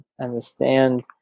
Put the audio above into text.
understand